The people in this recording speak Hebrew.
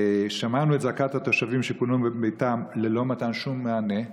שמענו את זעקת התושבים שפונו מביתם ללא מתן שום מענה.